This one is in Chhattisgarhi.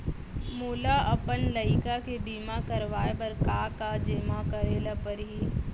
मोला अपन लइका के बीमा करवाए बर का का जेमा करे ल परही?